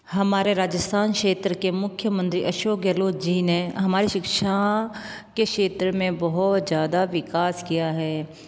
हमारे राजस्थान क्षेत्र के मुख्यमंत्री अशोक गहलोत जी ने हमारी शिक्षा के क्षेत्र में बहुत ज़्यादा विकास किया है